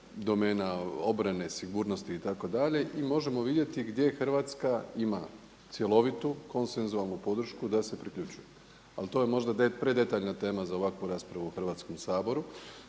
domena obrane, sigurnosti itd. I možemo vidjeti gdje Hrvatska ima cjelovitu konsenzualnu podršku da se priključuje. Ali to je možda predetaljna tema za ovakvu raspravu u Hrvatskom saboru.